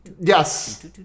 Yes